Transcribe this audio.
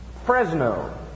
Fresno